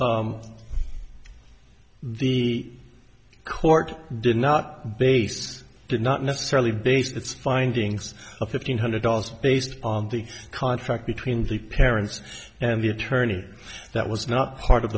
the court did not base did not necessarily based its findings of fifteen hundred dollars based on the contract between the parents and the attorney that was not part of